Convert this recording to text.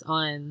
on